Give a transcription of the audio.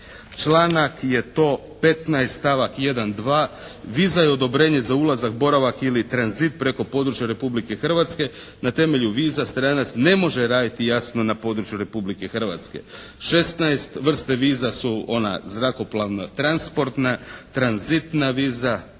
članak je to 15. stavak 1., 2. Viza je odobrenje za ulazak, boravak ili tranzit preko područja Republike Hrvatske. Na temelju viza stranac ne može raditi jasno na području Republike Hrvatske. 16. Vrste viza su ona zrakoplovno-transportna, tranzitna viza,